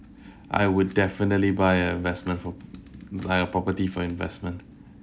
I would definitely buy a investment home buy a property for investment